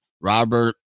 robert